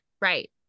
Right